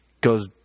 goes